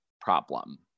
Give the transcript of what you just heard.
problem